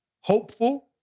hopeful